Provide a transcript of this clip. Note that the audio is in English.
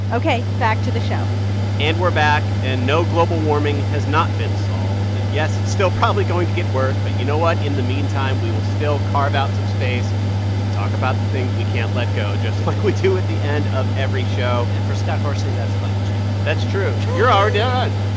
ok, back to the show and we're back. and, no, global warming has not been solved. and, yes, it's still probably going to get worse. but you know what? in the meantime, we will still carve out some space to talk about the things we can't let go, just like we do at the end of every show and for scott horsley, that's climate change that's true. you're already done